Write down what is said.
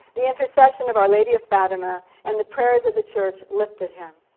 the intercession of our lady of fatima, and the prayers of the church lifted him.